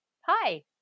hi